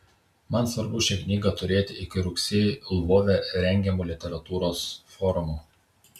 man svarbu šią knygą turėti iki rugsėjį lvove rengiamo literatūros forumo